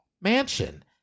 mansion